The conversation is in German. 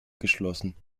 geschlossen